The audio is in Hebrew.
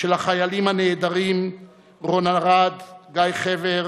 של החיילים הנעדרים רון ארד, גיא חבר,